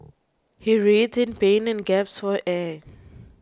he writhed in pain and gasped for air